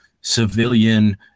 civilian